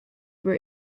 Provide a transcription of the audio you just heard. were